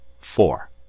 four